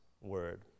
word